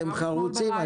אתם חרוצים.